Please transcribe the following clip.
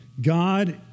God